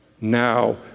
now